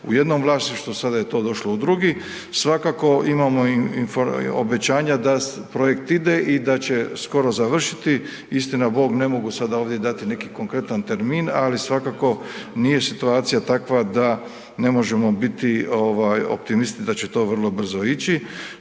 u jednom vlasništvu, sada je to došlo u drugi. Svakako imamo obećanja da projekt ide i da će skoro završiti. Istina Bog, ne mogu sada ovdje dati konkretan termin, ali svakako nije situacija takva da ne možemo bit optimisti da će to vrlo brzo ići.